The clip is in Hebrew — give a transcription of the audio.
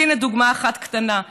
אז הינה דוגמה אחת קטנה.